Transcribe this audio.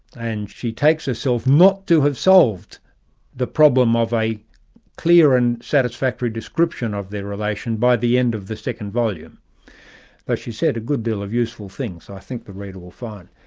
and she takes herself not to have solved the problem of a clear and satisfactory description of their relation by the end of the second volume. but she said a good deal of useful things, as i think the reader will find.